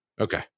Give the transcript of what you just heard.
Okay